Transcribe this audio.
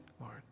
Lord